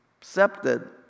accepted